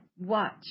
Watch